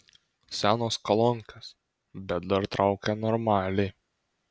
senos kolonkės bet dar traukia normaliai